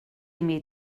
imi